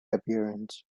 appearance